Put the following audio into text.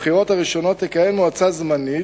בבחירות הראשונות תתקיים מועצה זמנית.